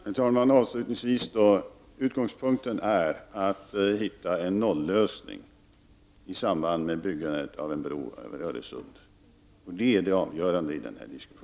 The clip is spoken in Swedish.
Herr talman! Avslutningsvis: Utgångspunkten är att hitta en nollösning i samband med byggandet av en bro över Öresund. Det är det avgörande i denna diskussion.